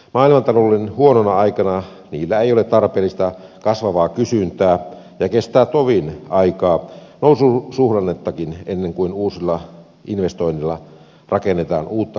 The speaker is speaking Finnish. maailmantalouden huonona aikana niillä ei ole tarpeellista kasvavaa kysyntää ja kestää tovin aikaa noususuhdannettakin ennen kuin uusilla investoinneilla rakennetaan uutta kapasiteettia